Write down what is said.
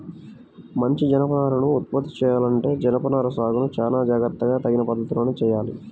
మంచి జనపనారను ఉత్పత్తి చెయ్యాలంటే జనపనార సాగును చానా జాగర్తగా తగిన పద్ధతిలోనే చెయ్యాలి